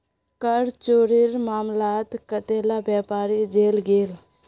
कर चोरीर मामलात कतेला व्यापारी जेल गेल